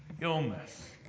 illness